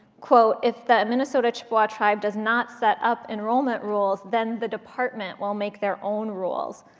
quote, if the minnesota chippewa tribe does not set up enrollment rules, then the department will make their own rules.